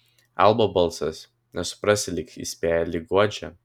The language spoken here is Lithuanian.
albo balsas nesuprasi lyg įspėja lyg guodžia